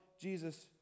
Jesus